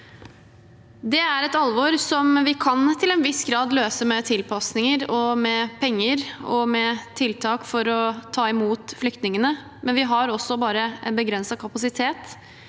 Det er et alvor som vi til en viss grad kan løse med tilpasninger, med penger og med tiltak for å ta imot flyktningene, men vi har bare en begrenset kapasitet